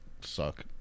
suck